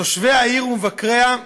תושבי העיר ומבקריה,